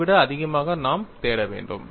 அதை விட அதிகமாக நாம் தேட வேண்டும்